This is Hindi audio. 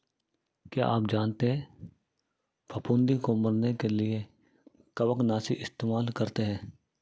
क्या आप जानते है फफूंदी को मरने के लिए कवकनाशी इस्तेमाल करते है?